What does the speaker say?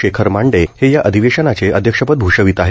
शेखर मांडे हे या अधिवेशनाचे अध्यक्षपद भूषवित आहेत